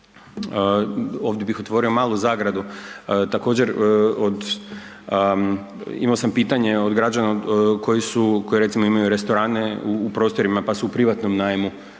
Ovdje bih otvorio malu zagradu, također od, imamo sam pitanje od građana koji recimo imaju restorane u prostorima pa su u privatnom najmu